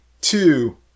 two